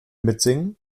mitsingen